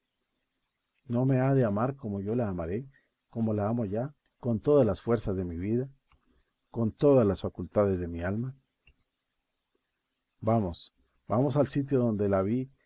no me ha de amar como yo la amaré como la amo ya con todas las fuerzas de mi vida con todas las facultades de mi alma vamos vamos al sitio donde la vi